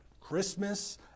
Christmas